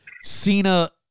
Cena